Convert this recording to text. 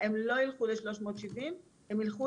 הם לא ילכו ל-370 הם ילכו